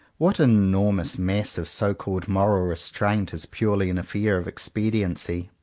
what an enormous mass of so-called moral restraint is purely an affair of ex pediency!